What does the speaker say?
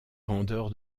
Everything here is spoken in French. vendeur